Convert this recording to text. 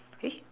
okay